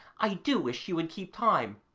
i do wish you would keep time